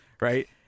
right